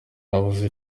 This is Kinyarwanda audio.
nabuze